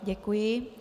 Děkuji.